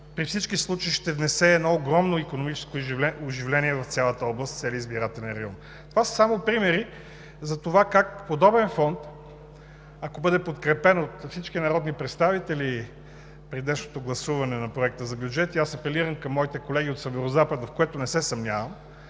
при всички случаи ще внесе едно огромно икономическо оживление в цялата област, в целия избирателен район. Това са само примери за това как подобен фонд, ако бъде подкрепен от всички народни представители при днешното гласуване на Законопроекта за бюджет, и аз апелирам към моите колеги от Северозапада, в което не се съмнявам,